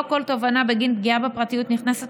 לא כל תובענה בגין פגיעה בפרטיות נכנסת